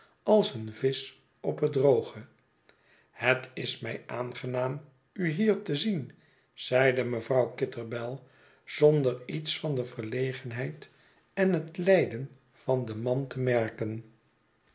als een visch ophetdrooge het is mij aangenaam u hier te zien zeide mevrouw kitterbell zonder iets van de verlegenheid en het lijden van den man te merken